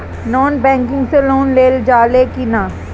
Non banking से loan लेल जा ले कि ना?